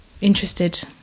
interested